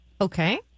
Okay